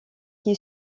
qui